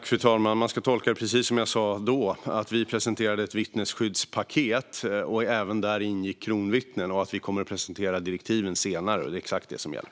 Fru talman! Man ska tolka det precis som jag sa då. Vi presenterade ett vittnesskyddspaket där även kronvittnen ingick, och vi kommer att presentera direktiven senare. Det är exakt detta som gäller.